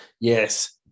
Yes